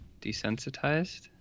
desensitized